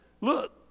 Look